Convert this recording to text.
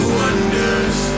wonders